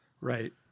right